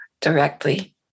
directly